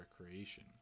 recreation